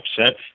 upset